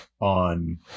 on